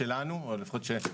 מזה.